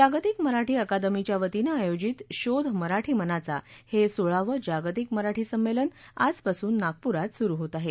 जागतिक मराठी अकादमीच्यावतीनं आयोजित शोध मराठी मनाचा हे सोळावं जागतिक मराठी सम्मेलन आजपासून नागपूरात सुरु होत आहे